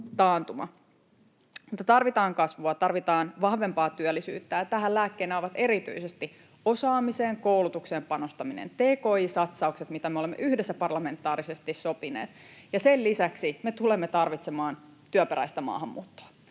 tarvitaan kasvua, tarvitaan vahvempaa työllisyyttä, ja tähän lääkkeenä ovat erityisesti osaamiseen, koulutukseen panostaminen, tki-satsaukset, mitä me olemme yhdessä parlamentaarisesti sopineet, ja sen lisäksi me tulemme tarvitsemaan työperäistä maahanmuuttoa.